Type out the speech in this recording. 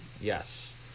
Yes